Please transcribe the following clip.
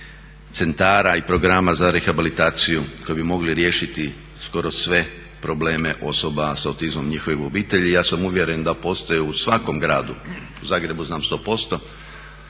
centara i programa za rehabilitaciju koje bi mogle riješiti skoro sve probleme osoba sa autizmom i njihovih obitelji. I ja sam uvjeren da postoje u svakom gradu, u Zagrebu znam 100%